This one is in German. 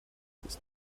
ist